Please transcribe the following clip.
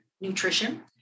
nutrition